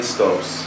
Stops